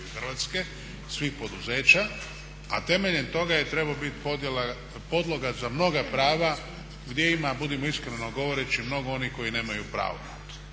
građana RH, svih poduzeća, a temeljem toga je trebala biti podloga za mnoga prava gdje ima, budimo iskreno govoreći, mnogo onih koji nemaju prava,